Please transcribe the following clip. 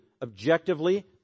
objectively